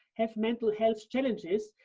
have mental health challenges,